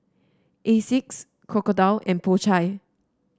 Asics Crocodile and Po Chai